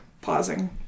Pausing